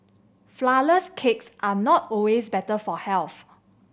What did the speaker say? flourless cakes are not always better for health